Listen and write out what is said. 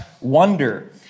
wonder